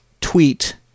tweet